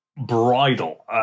bridle